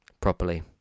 properly